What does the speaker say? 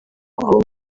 abo